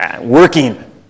Working